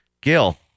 Gil